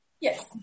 yes